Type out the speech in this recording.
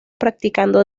practicando